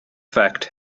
fact